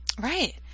Right